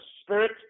spirit